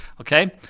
okay